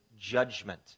judgment